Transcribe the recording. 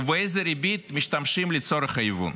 או באיזו ריבית משתמשים לצורך ההיוון.